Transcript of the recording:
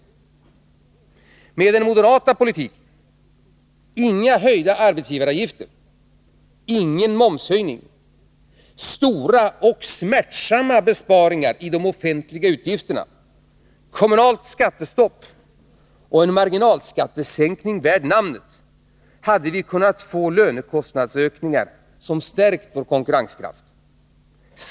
Med den moderata politiken — inga höjda arbetsgivaravgifter, ingen momshöjning, stora och smärtsamma besparingar i de offentliga utgifterna, kommunalt skattestopp och en marginalskattesänkning värd namnet — hade vi kunnat få lönekostnadsökningar som stärkt vår konkurrenskraft.